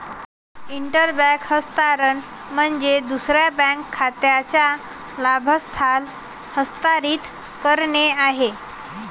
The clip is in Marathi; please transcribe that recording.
इंट्रा बँक हस्तांतरण म्हणजे दुसऱ्या बँक खात्याच्या लाभार्थ्याला हस्तांतरित करणे आहे